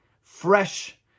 fresh